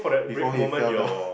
before he fell down